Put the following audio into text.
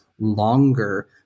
longer